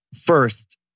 first